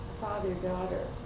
father-daughter